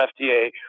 FDA